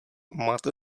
máte